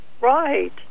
Right